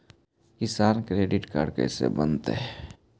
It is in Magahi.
किसान क्रेडिट काड कैसे बनतै?